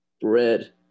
bread